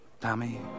Tommy